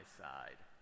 side